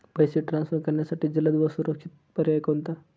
पैसे ट्रान्सफर करण्यासाठी जलद व सुरक्षित पर्याय कोणता?